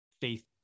faith